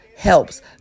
helps